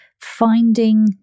finding